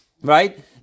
right